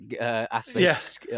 athlete's